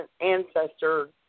ancestor